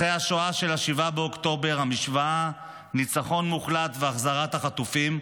אחרי השואה של 7 באוקטובר המשוואה "ניצחון מוחלט והחזרת החטופים",